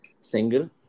single